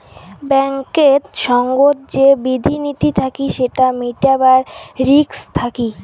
ব্যাঙ্কেত সঙ্গত যে বিধি নীতি থাকি সেটা মিটাবার রিস্ক থাকি